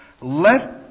let